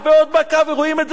רואים את זה בסרטונים,